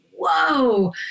whoa